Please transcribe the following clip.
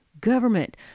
Government